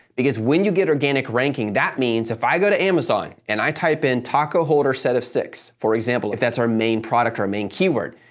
because when you get organic ranking, that means if i go to amazon and i type in taco holder set of six, for example, if that's our main product, our main keyword,